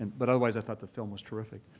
but otherwise i thought the film was terrific.